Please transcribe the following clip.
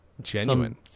Genuine